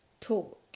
talk